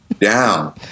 down